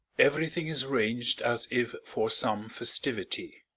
everything is arranged as if for some festivity.